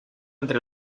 entre